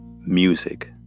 music